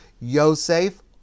Yosef